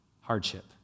hardship